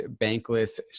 bankless